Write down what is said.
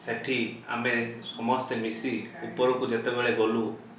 ସେଇଠି ଆମେ ସମସ୍ତେ ମିଶି ଉପରକୁ ଯେତେବେଳେ ଗଲୁ